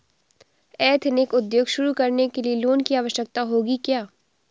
Ethnic उद्योग शुरू करने लिए लोन की आवश्यकता होगी क्या?